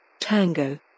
Tango